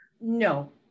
No